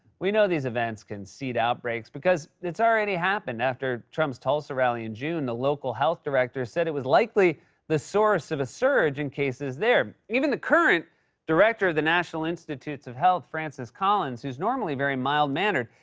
we know these events can seed outbreaks because it's already happened. after trump's tulsa rally in june, the local health director said it was likely the source of a surge in cases there. even the current director of the national institutes of health, francis collins, who's normally very mild-mannered,